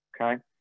Okay